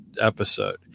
episode